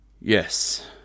Yes